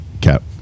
Cap